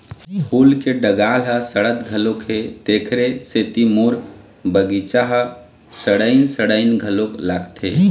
फूल के डंगाल ह सड़त घलोक हे, तेखरे सेती मोर बगिचा ह सड़इन सड़इन घलोक लागथे